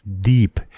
deep